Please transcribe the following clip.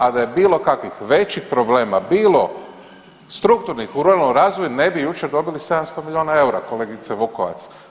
A da je bilo kakvih većih problema bilo strukturnih u ruralnom razvoju ne bi jučer dobili 700 milijuna eura kolegice Vukovac.